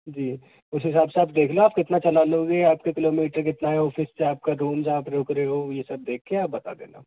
जी उस हिसाब से आप देख लो आप कितना चला लोगे आपके किलोमीटर कितना है ऑफिस से आपका रूम जहाँ पर आप रूक रहे हो यह सब देखकर आप बता देना